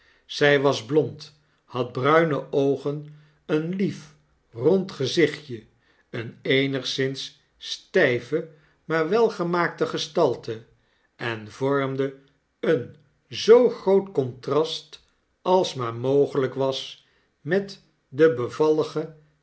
zij was blond had bruine oogen een lief rond gezichtje eene eenigszins styve maar welgemaakte gestalte en vormde een zoo groot contrast als maar mogelyk was met de bevallige